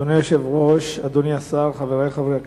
אדוני היושב-ראש, אדוני השר, חברי חברי הכנסת,